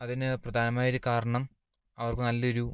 അതിന് പ്രധാനമായ ഒരു കാരണം അവർക്ക് നല്ലൊരു